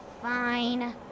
Fine